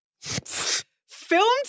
filmed